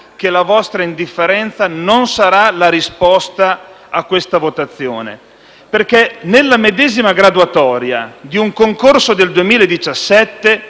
che la vostra indifferenza non sarà la risposta a questa votazione. Nella medesima graduatoria di un concorso del 2017